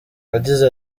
yagize